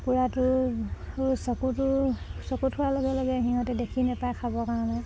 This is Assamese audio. পূৰাটো চকুটো চকুত হোৱাৰ লগে লগে সিহঁতে দেখি নেপায় খাবৰ কাৰণে